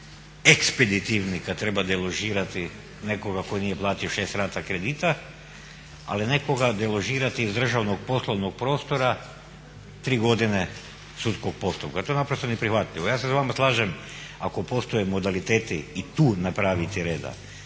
sudovi ekspeditivni kad treba deložirati nekoga tko nije platio šest rata kredita, ali nekoga deložirati iz državnog poslovnog prostora tri godine sudskog postupka. To je naprosto neprihvatljivo. Ja se s vama slažem ako postoje modaliteti i tu napraviti reda.